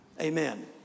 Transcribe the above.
Amen